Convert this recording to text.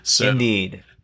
Indeed